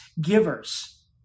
givers